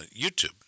YouTube